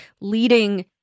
leading